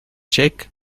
check